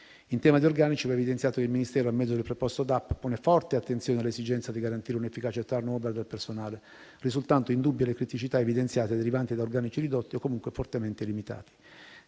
In tema di organici, va evidenziato che il Ministero, a mezzo del preposto DAP, pone forte attenzione all'esigenza di garantire un efficace *turnover* del personale, risultando indubbie le criticità evidenziate e derivanti da organici ridotti o comunque fortemente limitati.